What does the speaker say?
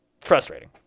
frustrating